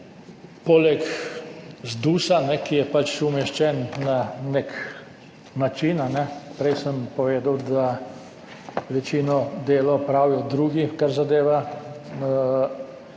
poleg ZDUS-a, ki je pač umeščen na nek način, prej sem povedal, da večino dela opravijo drugi, kar zadeva